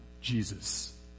Jesus